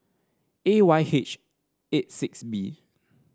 A Y H eight six B